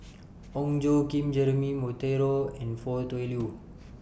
Ong Tjoe Kim Jeremy Monteiro and Foo Tui Liew